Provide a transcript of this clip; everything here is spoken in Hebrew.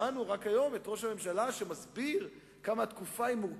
רק היום שמענו את ראש הממשלה מסביר כמה התקופה היא מורכבת,